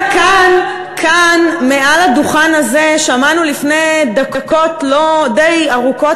כאן מעל הדוכן הזה שמענו לפני דקות די ארוכות